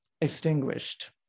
extinguished